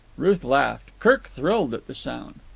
ruth laughed. kirk thrilled at the sound.